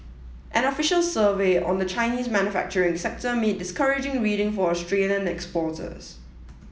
an official survey on the Chinese manufacturing sector made discouraging reading for Australian exporters